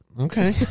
okay